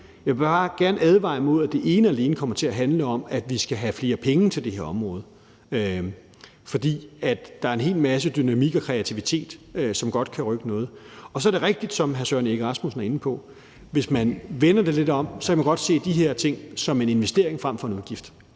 jeg vil bare gerne advare imod, at det ene og alene kommer til at handle om, at vi skal have flere penge til det her område. For der er en hel masse dynamik og kreativitet, som godt kan rykke noget. Og så er det rigtigt, som hr. Søren Egge Rasmussen er inde på, at hvis man vender det lidt om, kan man godt se de her ting som en investering frem for en udgift.